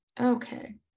Okay